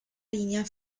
linea